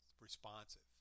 responsive